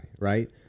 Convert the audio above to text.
right